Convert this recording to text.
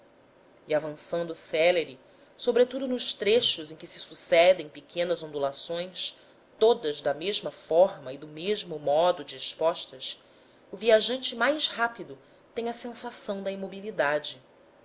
e avançando célere sobretudo nos trechos em que se sucedem pequenas ondulações todas da mesma forma e do mesmo modo dispostas o viajante mais rápido tem a sensação da imobilidade